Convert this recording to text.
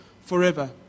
forever